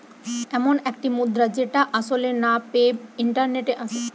এমন একটি মুদ্রা যেটা আসলে না পেয়ে ইন্টারনেটে আসে